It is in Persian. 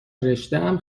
رشتهام